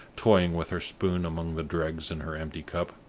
toying with her spoon among the dregs in her empty cup.